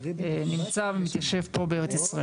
נמצא ומתיישב פה בארץ ישראל.